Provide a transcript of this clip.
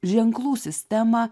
ženklų sistemą